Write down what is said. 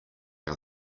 our